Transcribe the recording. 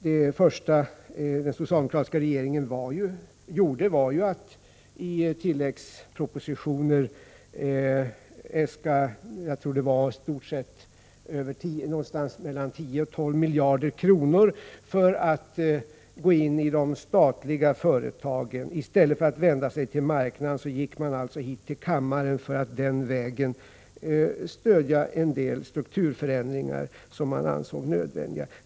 Det första som den socialdemokratiska regeringen gjorde var ju att i tilläggspropositioner äska mellan 10 och 12 miljarder kronor för att kunna gå in i de statliga företagen. I stället för att vända sig till marknaden gick man alltså hit till kammaren för att den vägen stödja en del strukturförändringar som ansågs nödvändiga.